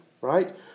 right